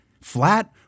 flat